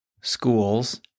schools